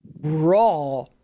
raw